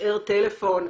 השאר טלפון,